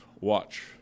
watch